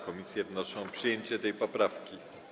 Komisje wnoszą o przyjęcie tej poprawki.